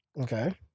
okay